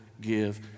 give